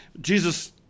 Jesus